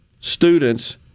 students